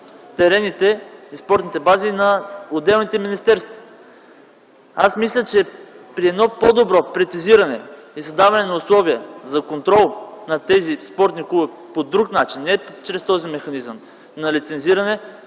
бази и терените на отделните министерства. Мисля, че при едно по-добро прецизиране и създаване на условия за контрол на тези спортни клубове по друг начин, а не чрез този механизъм на лицензиране,